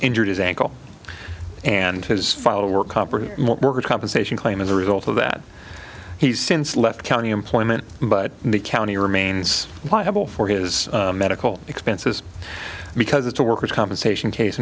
injured his ankle and his fall were covered workers compensation claim as a result of that he's since left county employment but the county remains liable for his medical expenses because it's a worker's compensation case